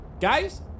guys